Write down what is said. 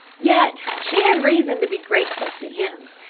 yet she had reason to be grateful to him.